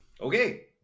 Okay